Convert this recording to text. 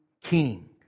king